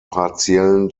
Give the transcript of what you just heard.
partiellen